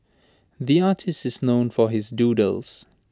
the artist is known for his doodles